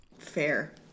Fair